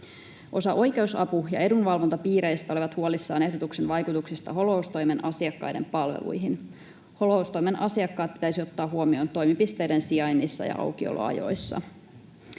Osa oikeusapu‑ ja edunvalvontapiireistä oli huolissaan ehdotuksen vaikutuksista holhoustoimen asiakkaiden palveluihin. Holhoustoimen asiakkaat pitäisi ottaa huomioon toimipisteiden sijainneissa ja aukioloajoissa.